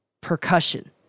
percussion